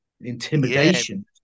intimidation